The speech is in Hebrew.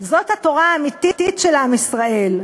זאת התורה האמיתית של עם ישראל,